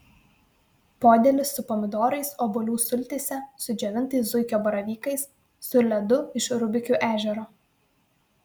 podėlis su pomidorais obuolių sultyse su džiovintais zuikio baravykais su ledu iš rubikių ežero